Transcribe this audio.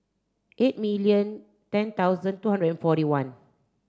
eight million ten thousand two hundred and forty one